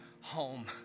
home